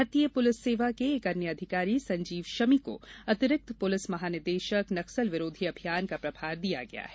भारतीय पुलिस सेवा के एक अन्य अधिकारी संजीव शमी को अतिरिक्त पुलिस महानिदेशक नक्सल विरोधी अभियान का प्रभार दिया गया है